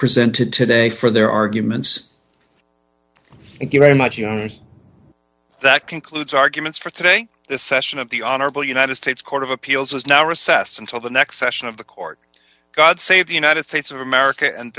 presented today for their arguments thank you very much you know that concludes arguments for today the session of the honorable united states court of appeals has now recessed until the next session of the court god save the united states of america and